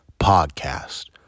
podcast